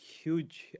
huge